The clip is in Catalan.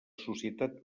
societat